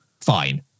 fine